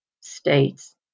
states